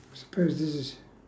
suppose this is